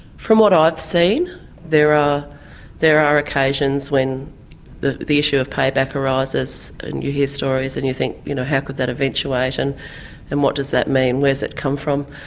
from what i've seen there are there are occasions when the the issue of payback arises and you hear stories and you think, you know how could that eventuate and and what does that mean, where's it come from?